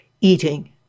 eating